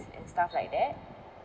and stuff like that